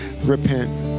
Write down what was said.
repent